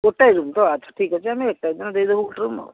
ଗୋଟାଏ ରୁମ୍ ତ ଆଚ୍ଛା ଠିକ୍ ଅଛି ଆମେ ଏକ ତାରିଖ ଦିନ ଦେଇଦେବୁ ଗୋଟେ ରୁମ୍ ଆଉ